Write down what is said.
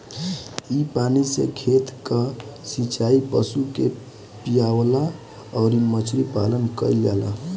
इ पानी से खेत कअ सिचाई, पशु के पियवला अउरी मछरी पालन कईल जाला